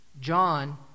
John